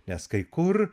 nes kai kur